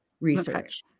research